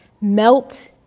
Melt